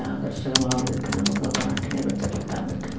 ആകർഷകമാം വിധത്തിൽ നമുക്ക് പാട്ടിനെ മെച്ചപ്പെടുത്താൻ പറ്റുന്നു